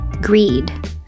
greed